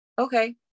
Okay